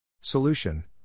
Solution